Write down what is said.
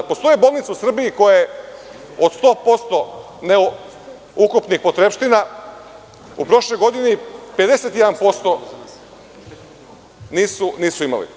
Postoje bolnice u Srbiji koje od 100% ukupnih potrepština u prošloj godini 51% nisu imali.